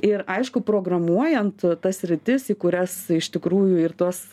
ir aišku programuojant tas sritis į kurias iš tikrųjų ir tos